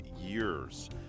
years